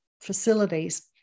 facilities